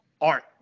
art